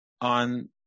on